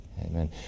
Amen